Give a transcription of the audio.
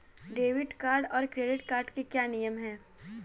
Debit card और credit card के क्या क्या नियम हैं?